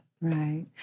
Right